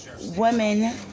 women